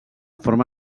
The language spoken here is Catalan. forma